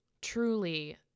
Truly